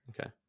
Okay